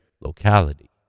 locality